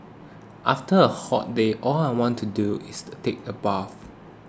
after a hot day all I want to do is take a bath